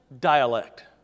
dialect